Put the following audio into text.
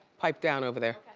pipe down over there.